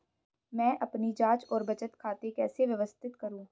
मैं अपनी जांच और बचत खाते कैसे व्यवस्थित करूँ?